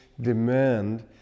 demand